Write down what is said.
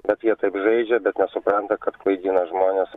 bet jie taip žaidžia bet nesupranta kad klaidina žmones